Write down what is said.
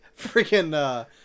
freaking